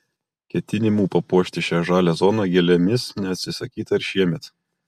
ketinimų papuošti šią žalią zoną gėlėmis neatsisakyta ir šiemet